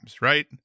right